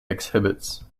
exhibits